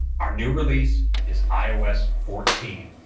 our new release is ios fourteen.